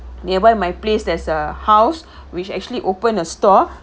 nearby my place there's a house which actually open a store